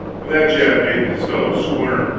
that jab made this fellow squirm.